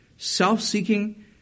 Self-seeking